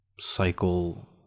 cycle